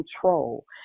control